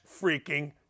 freaking